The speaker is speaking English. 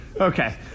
okay